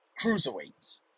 cruiserweights